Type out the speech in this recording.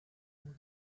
all